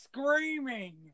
screaming